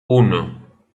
uno